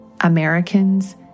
Americans